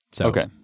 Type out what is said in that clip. Okay